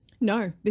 No